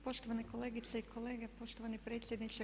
Poštovane kolegice i kolege, poštovani predsjedniče.